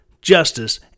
Justice